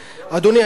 אדוני,